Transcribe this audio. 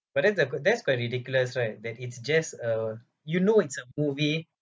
but that's uh that's quite ridiculous right that it's just uh you know it's a movie